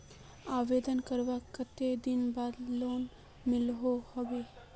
आवेदन करवार कते दिन बाद लोन मिलोहो होबे?